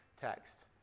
text